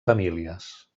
famílies